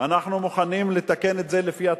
אנחנו מוכנים לתקן את זה לפי התקנות,